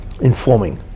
Informing